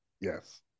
Yes